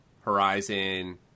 horizon